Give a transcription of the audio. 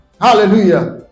Hallelujah